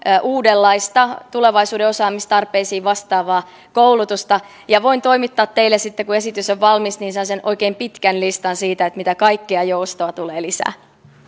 uudenlaista tulevaisuuden osaamistarpeisiin vastaavaa koulutusta ja voin toimittaa teille sitten kun esitys on valmis sellaisen oikein pitkän listan siitä mitä kaikkea joustoa tulee lisää